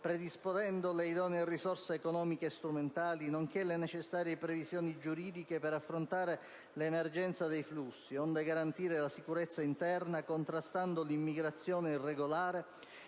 predisponendo le idonee risorse economiche e strumentali, nonché le necessarie previsioni giuridiche per affrontare l'emergenza flussi, onde garantire la sicurezza interna, contrastando l'immigrazione irregolare